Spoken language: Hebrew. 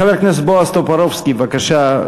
חבר הכנסת בועז טופורובסקי, בבקשה.